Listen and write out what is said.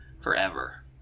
forever